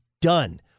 done